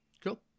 Cool